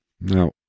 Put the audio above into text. Now